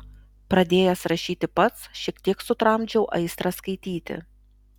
pradėjęs rašyti pats šiek tiek sutramdžiau aistrą skaityti